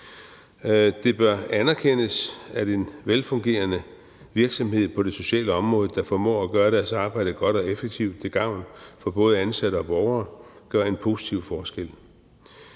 Det bør anerkendes, at en velfungerende virksomhed på det sociale område, der formår at gøre deres arbejde godt og effektivt til gavn for både ansatte og borgere, gør en positiv forskel.